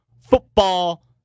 football